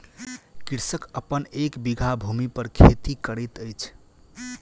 कृषक अपन एक बीघा भूमि पर खेती करैत अछि